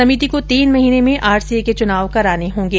समिति को तीन महीने में आरसीए के चूनाव कराने हों गे